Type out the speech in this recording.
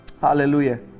Hallelujah